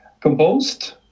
composed